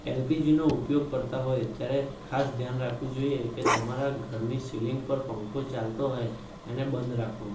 એલપીજીનો ઉપયોગ કરતા હોય ત્યારે ખાસ ધ્યાન રાખવું જોઈએ કે તમારા પર પંખો ચાલતો હોય એને બંધ રાખો